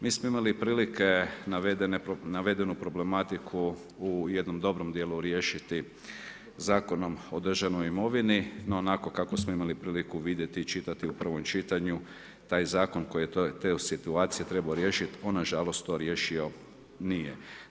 Mi smo imali prilike navedenu problematiku u jednom dobro dijelu riješiti Zakonom o državnoj imovini no onako kako smo imali priliku vidjeti i čitati u prvom čitanju, taj zakon koji je situacije trebao riješiti, on nažalost to riješio nije.